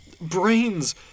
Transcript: brains